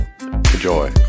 Enjoy